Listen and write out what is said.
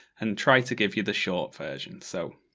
and try to give you the short version. so,